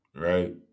Right